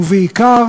ובעיקר